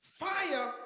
Fire